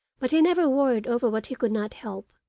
but he never worried over what he could not help,